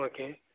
okay